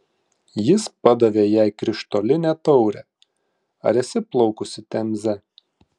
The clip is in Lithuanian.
jis padavė jai krištolinę taurę ar esi plaukusi temze